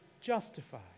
justified